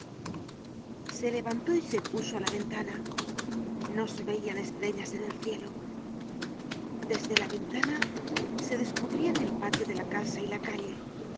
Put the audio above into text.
se levantó y se puso á la ventana no se veian estrellas en el cielo desde la ventana se descubrian el patio de la casa y la calle